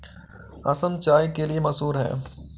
असम चाय के लिए मशहूर है